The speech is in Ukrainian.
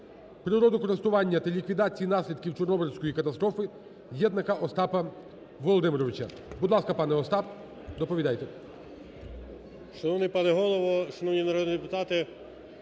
природокористування та ліквідації наслідків Чорнобильської катастрофи Єднака Остапа Володимировича. Будь ласка, пане Остап, доповідайте.